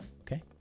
Okay